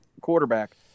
quarterback